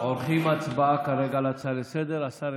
אנחנו עורכים הצבעה כרגע על הצעה לסדר-היום.